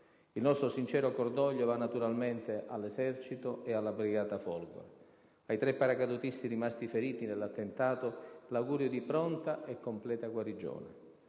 Il nostro sincero cordoglio va naturalmente all'Esercito e alla Brigata Folgore. Ai tre paracadutisti rimasti feriti nell'attentato l'augurio di pronta e completa guarigione.